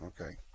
okay